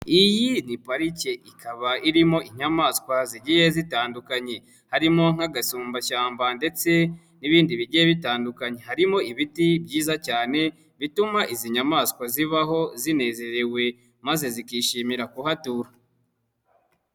Iyi ni parike ikaba irimo inyamaswa zigiye zitandukanye, harimo nk'agasumbashyamba ndetse n'ibindi zigiye zitandukanye, harimo ibiti byiza cyane bituma izi nyamaswa zibaho zinezerewe maze zikishimira kuhatura.